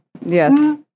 Yes